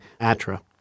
ATRA